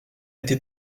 été